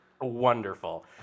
wonderful